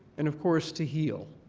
and, of course, to heal,